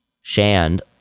Shand